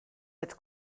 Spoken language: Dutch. het